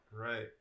Right